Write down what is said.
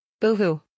Boohoo